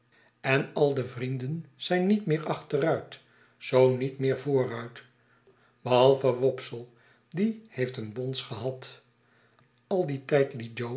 en al de vrienden zijn niet meer achteruit zoo niet meer vooruit behalve wopsle die heeft een bons gehad al dien